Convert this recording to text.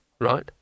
right